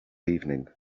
evening